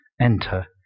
enter